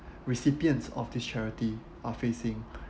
recipients of this charity are facing